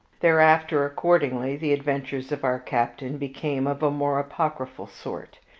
thereafter, accordingly, the adventures of our captain became of a more apocryphal sort.